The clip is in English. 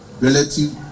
relative